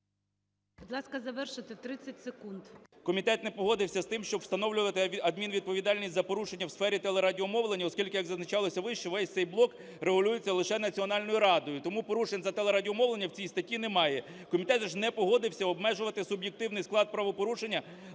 Будь ласка, завершуйте, 30 секунд.